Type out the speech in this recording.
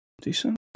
Decent